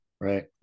right